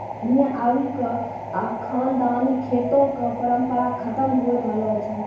हिन्ने आबि क खानदानी खेतो कॅ परम्परा खतम होय रहलो छै